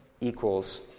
equals